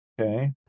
Okay